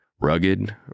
Rugged